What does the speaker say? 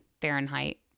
Fahrenheit